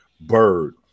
Bird